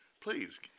please